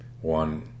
one